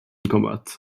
combat